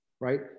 right